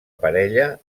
parella